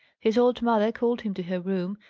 his old mother called him to her room,